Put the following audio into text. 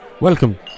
Welcome